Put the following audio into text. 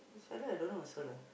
this fellow I don't know also lah